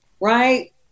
right